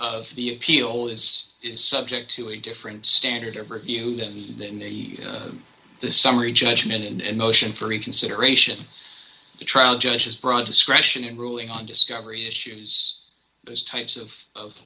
of the appeal is subject to a different standard of review than in the the summary judgment and motion for reconsideration the trial judge has broad discretion in ruling on discovery issues those types of o